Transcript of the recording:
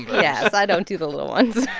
yes, i don't do the little ones.